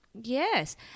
Yes